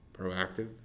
proactive